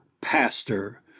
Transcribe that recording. pastor